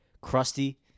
crusty